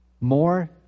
more